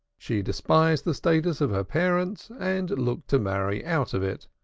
she despised the status of her parents and looked to marry out of it.